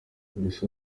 mbese